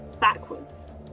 backwards